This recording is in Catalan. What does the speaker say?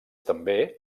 també